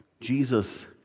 Jesus